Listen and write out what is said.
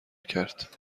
کرد